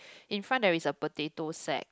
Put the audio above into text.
in front there is a potato sack